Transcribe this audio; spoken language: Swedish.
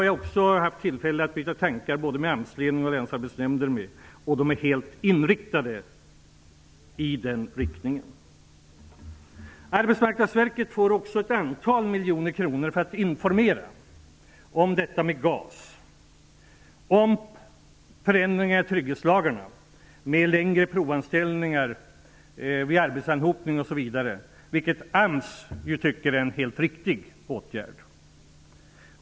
Jag har haft tillfälle att utbyta tankar med både AMS ledningen och Länsarbetsnämnden kring detta. Man är helt inne på den linjen. Arbetsmarknadsverket får också ett antal miljoner kronor för att informera om GAS och om förändringar i trygghetslagarna med längre provanställningar vid arbetsanhopning osv., vilket AMS tycker är en helt riktig åtgärd.